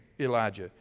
Elijah